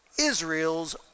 Israel's